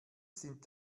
sind